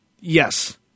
Yes